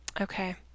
Okay